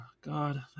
god